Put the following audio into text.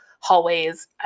hallways